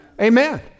Amen